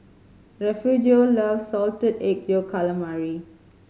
Refugio loves Salted Egg Yolk Calamari